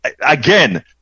Again